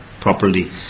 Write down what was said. properly